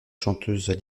chanteuses